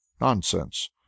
Nonsense